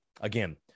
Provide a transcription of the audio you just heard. Again